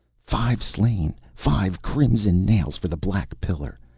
five slain! five crimson nails for the black pillar!